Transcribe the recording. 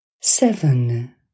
Seven